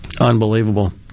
Unbelievable